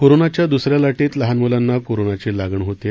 कोरोनाच्या द्सऱ्या लाटेत लहान मुलांना कोरोनाची लागण होत आहे